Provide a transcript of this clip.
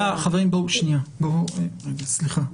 חברים, סליחה.